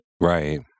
right